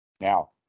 Now